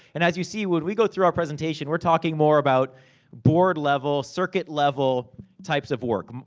and as you see, when we go through our presentation, we're talking more about board level, circuit level types of work.